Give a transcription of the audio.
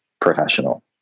professional